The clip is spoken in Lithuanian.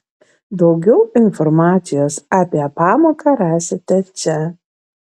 daugiau informacijos apie pamoką rasite čia